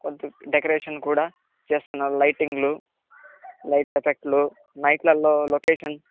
కొంచెం డెకరేషన్ కూడా చేస్తున్నారు లైటింగులు లైట్ ఎఫ్ఫెక్ట్లు నైట్లలో లొకేషన్స్